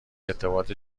ارتباط